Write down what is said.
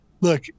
look